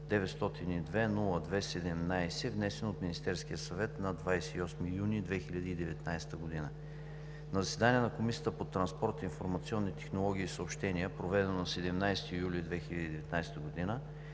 902-02-17, внесен от Министерския съвет на 28 юни 2019 г. На заседание на Комисията по транспорт, информационни технологии и съобщения, проведено на 17 юли 2019 г.,